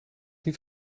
niet